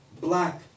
black